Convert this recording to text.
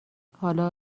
حالا